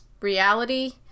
reality